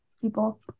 people